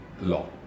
law